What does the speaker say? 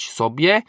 sobie